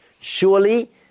surely